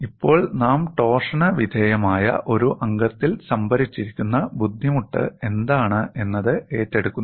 ഇപ്പോൾ നാം ടോർഷന് വിധേയമായ ഒരു അംഗത്തിൽ സംഭരിച്ചിരിക്കുന്ന ബുദ്ധിമുട്ട് എന്താണ് എന്നത് ഏറ്റെടുക്കുന്നു